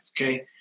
Okay